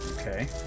Okay